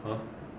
!huh!